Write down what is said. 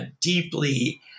deeply